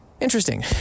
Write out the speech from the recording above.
Interesting